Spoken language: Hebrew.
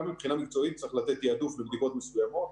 מבחינה מקצועית צריך לתת תיעדוף לבדיקות מסוימות,